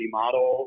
model